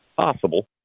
Possible